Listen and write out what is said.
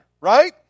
right